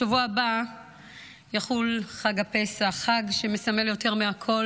בשבוע הבא יחול חג הפסח, חג שמסמל יותר מכול